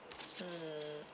mm